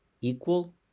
equal